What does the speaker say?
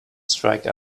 strike